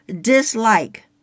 dislike